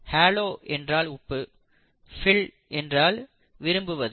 Halo என்றால் உப்பு ஃபில் என்றால் விரும்புவது